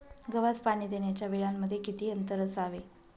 गव्हास पाणी देण्याच्या वेळांमध्ये किती अंतर असावे?